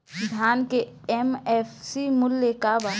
धान के एम.एफ.सी मूल्य का बा?